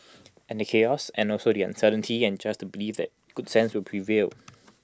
and the chaos and also the uncertainty and just to believe that good sense will prevail